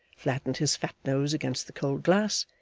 flattened his fat nose against the cold glass,